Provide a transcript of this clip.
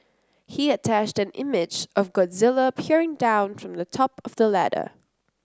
he attached an image of Godzilla peering down from the top of the ladder